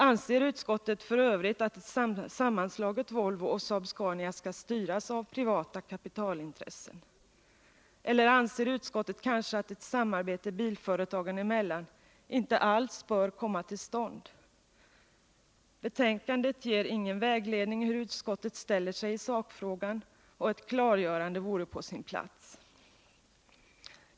Anser utskottet f. ö. att ett sammanslaget Volvo och Saab-Scania skall styras av privata kapitalintressen? Eller anser utskottet kanske att ett samarbete bilföretagen emellan inte alls bör komma till stånd? Betänkandet ger ingen vägledning hur utskottet ställer sig i sakfrågan, och ett klargörande vore på sin plats.